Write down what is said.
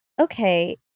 Okay